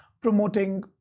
promoting